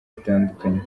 zitandukanye